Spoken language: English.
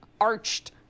arched